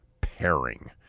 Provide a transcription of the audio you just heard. pairing